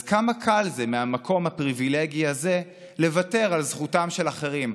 אז כמה קל מהמקום הפריבילגי הזה לוותר על זכותם של אחרים,